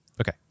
Okay